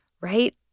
right